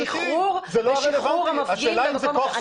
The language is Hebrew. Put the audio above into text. בשחרור המפגין למקום אחר?